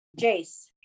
Jace